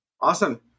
Awesome